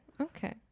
Okay